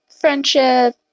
friendship